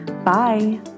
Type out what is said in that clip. Bye